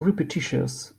repetitious